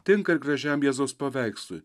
tinka ir gražiam jėzaus paveikslui